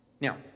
Now